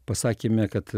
pasakyme kad